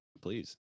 please